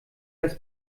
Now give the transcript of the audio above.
das